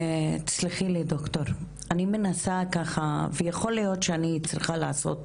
יכול להיות שאני צריכה לעשות